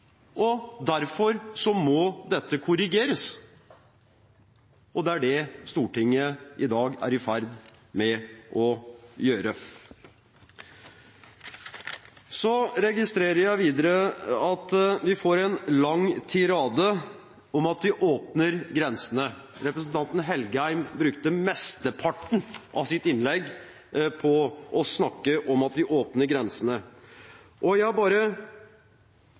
Derfor må dette korrigeres, og det er det Stortinget i dag er i ferd med å gjøre. Jeg registrerer videre at vi får en lang tirade om at vi åpner grensene. Representanten Engen-Helgheim brukte mesteparten av sitt innlegg på å snakke om at vi åpner grensene. Jeg bare